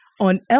on